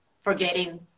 forgetting